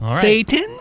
Satan